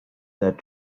that